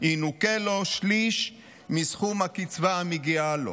ינוכה לו שליש מסכום הקצבה המגיעה לו.